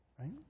Right